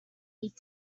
eat